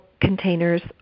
containers